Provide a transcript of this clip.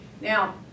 Now